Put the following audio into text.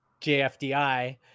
JFDI